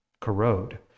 corrode